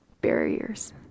barriers